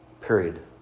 period